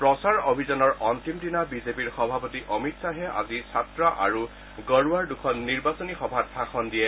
প্ৰচাৰ অভিযানৰ অন্তিম দিনা বিজেপিৰ সভাপতি অমিত শ্বাহে আজি ছাট্টা আৰু গঢ়বাৰ দুখন নিৰ্বাচনী সভাত ভাষণ দিয়ে